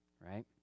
right